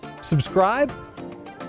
subscribe